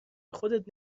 خودت